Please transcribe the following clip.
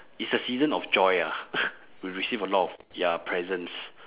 it's the season of joy ah we receive a lot of ya presents